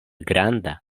granda